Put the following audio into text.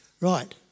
Right